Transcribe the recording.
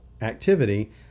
activity